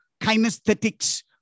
kinesthetics